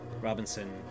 Robinson